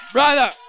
Brother